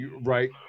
Right